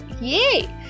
Yay